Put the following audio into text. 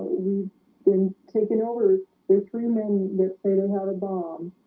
we been taking over this room and let's say they had a bomb